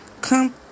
Come